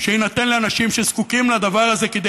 שיינתן לאנשים שזקוקים לדבר הזה כדי